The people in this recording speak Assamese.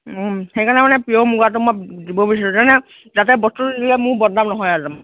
সেইকাৰণে মানে পিঅ'ৰ মুগাটো মই দিব বিচাৰিছোঁ যাতে বস্তুটো দিলে মোৰ বদনাম নহয় আৰু